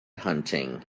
hunting